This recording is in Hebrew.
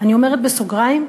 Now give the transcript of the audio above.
אני אומרת בסוגריים,